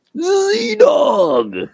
z-dog